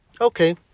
Okay